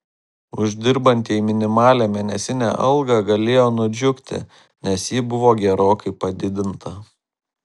uždirbantieji minimalią mėnesinę algą galėjo nudžiugti nes ji buvo gerokai padidinta